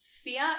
Fear